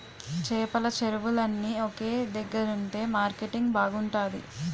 చేపల చెరువులన్నీ ఒక దగ్గరుంతె మార్కెటింగ్ బాగుంతాది